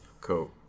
Cool